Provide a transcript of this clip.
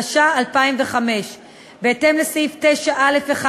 התשס"ה 2005. בהתאם לסעיף 31(ב)